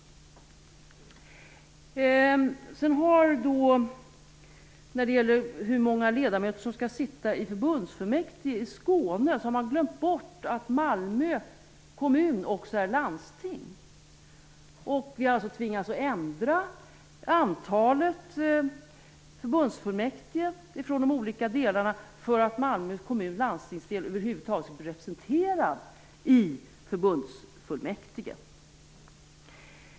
När det gäller hur många ledamöter som skall sitta i förbundsfullmäktige i Skåne har man glömt bort att Malmö kommun också är landsting. Vi har tvingats att ändra antalet förbundsfullmäktigeledamöter från de olika delarna för att Malmö kommuns landstingsdel över huvud taget skall bli representerad i förbundsfullmäktige.